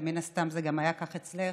ומן הסתם זה גם היה כך אצלך.